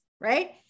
right